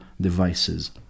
devices